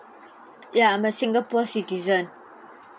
ya I'm a singapore citizen